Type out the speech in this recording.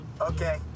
Okay